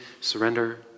surrender